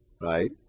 right